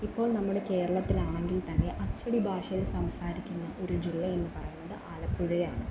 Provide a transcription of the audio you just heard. ഇപ്പോൾ നമ്മുടെ കേരളത്തിലാണെങ്കിൽ തന്നെ അച്ചടി ഭാഷയിൽ സംസാരിക്കുന്ന ഒരു ജില്ല എന്ന് പറയുന്നത് ആലപ്പുഴയാണ്